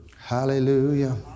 Hallelujah